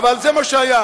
דווקא בגלל מה שאמרת